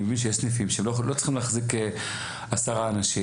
אני מבין שיש סניפים שהם לא צריכים להחזיק עשרה אנשים,